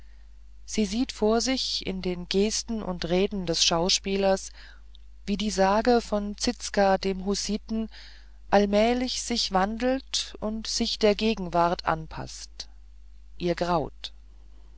sie sieht vor sich in den gesten und reden des schauspielers wie die sage von zizka dem hussiten allmählich sich wandelt und sich der gegenwart anpaßt ihr graut